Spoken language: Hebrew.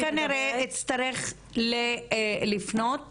אני כנראה אצטרך לפנות